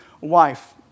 wife